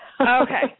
Okay